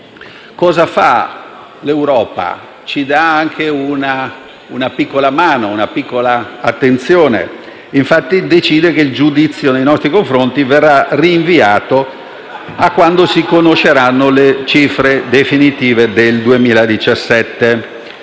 L'Europa ci dà anche una piccola mano e una piccola attenzione, decidendo che il giudizio nei nostri confronti verrà rinviato a quando si conosceranno le cifre definitive del 2017.